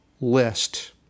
list